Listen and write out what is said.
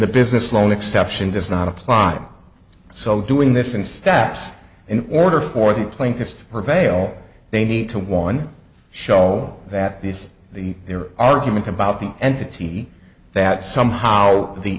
the business loan exception does not apply and so doing this in steps in order for the plaintiffs prevail they need to one show that these the their argument about the entity that somehow the